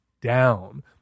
down